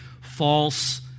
false